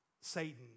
Satan